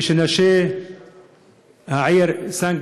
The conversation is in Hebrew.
כשנשות העיר סט.